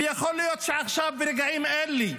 ויכול להיות שברגעים אלה,